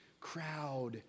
crowd